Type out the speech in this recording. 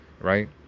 right